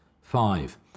Five